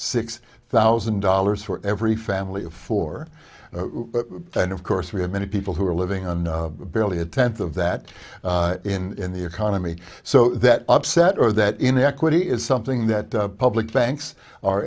six thousand dollars for every family of four and of course we have many people who are living on barely a tenth of that in the economy so that upset or that inequity is something that public banks are